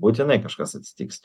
būtinai kažkas atsitiks